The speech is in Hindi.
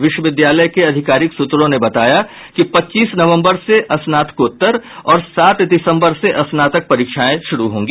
विश्वविद्यालय के अधिकारिक सूत्रों ने बताया कि पच्चीस नवम्बर से स्नातकोत्तर और सात दिसम्बर से स्नातक परीक्षाएं होंगी